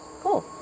cool